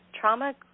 Trauma